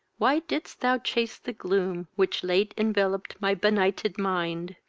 why didst thou chase the gloom which late envelop'd my benighted mind!